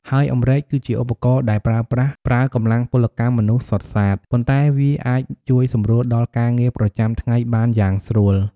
ហើយអម្រែក គឺជាឧបករណ៍ដែលប្រើប្រាស់ប្រើកម្លាំងពលកម្មមនុស្សសុទ្ធសាធ ប៉ុន្តែវាអាចជួយសម្រួលដល់ការងារប្រចាំថ្ងៃបានយ៉ាងស្រួល។